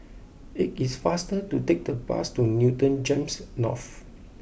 it is faster to take the bus to Newton Gems North